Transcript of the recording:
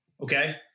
Okay